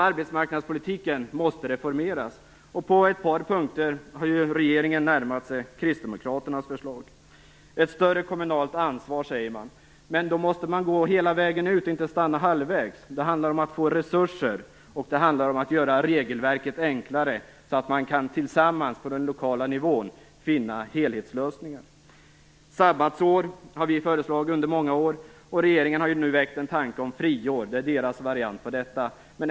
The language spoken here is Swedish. Arbetsmarknadspolitiken måste reformeras, och på ett par punkter har regeringen närmat sig kristdemokraternas förslag. Man talar om ett större kommunalt ansvar. Men då måste man gå hela vägen och inte stanna halvvägs. Det handlar om att få resurser, och det handlar om att göra regelverket enklare så att man tillsammans, på den lokala nivån, kan finna helhetslösningar. Sabbatsår har vi föreslagit under många års tid, och regeringen har nu väckt en tanke om friår. Det är regeringens variant på detta.